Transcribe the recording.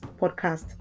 podcast